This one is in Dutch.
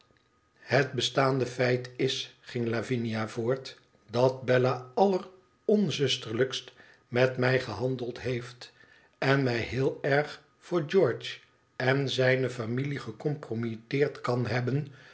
het bestaande feit is ging lavinia voort dat bella alleronzusterlijkst met mij gehandeld heeft en mij heel erg voor george en zijne familie gecompromiteerd kan hebben